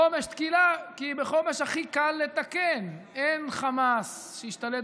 "חומש תחילה" כי בחומש הכי קל לתקן: אין חמאס שהשתלט